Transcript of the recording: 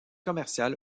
commercial